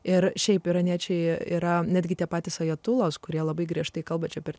ir šiaip iraniečiai yra netgi tie patys ajatolos kurie labai griežtai kalbančio per